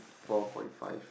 four point five